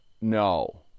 no